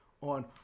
on